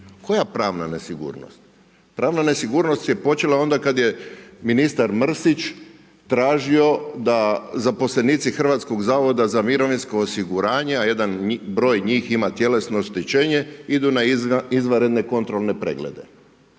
Koja pravna nesigurnost. Pravna nesigurnost je počela onda kada je ministar Mrsić traži da zaposlenici HZMO, jedan broj ima tjelesno oštećenje idu na izvanredne kontrolne preglede.